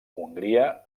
hongria